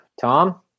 Tom